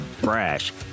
brash